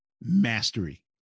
mastery